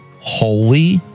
holy